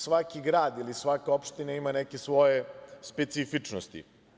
Svaki grad ili svaka opština ima neke svoje specifičnosti.